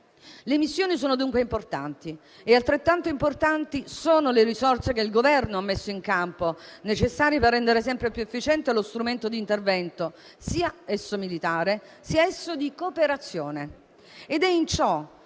Le missioni sono dunque importanti e altrettanto lo sono le risorse che il Governo ha messo in campo, necessarie per rendere sempre più efficiente lo strumento d'intervento sia militare sia di cooperazione.